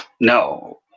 no